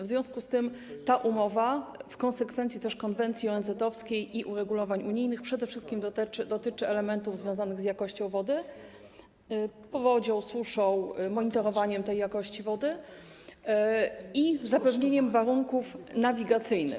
W związku z tym ta umowa - w konsekwencji też konwencji ONZ-owskiej i uregulowań unijnych - przede wszystkim dotyczy elementów związanych z jakością wody, powodzią, suszą, monitorowaniem jakości wody i zapewnieniem warunków nawigacyjnych.